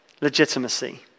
legitimacy